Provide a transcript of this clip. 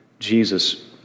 Jesus